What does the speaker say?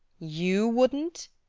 you wouldn't?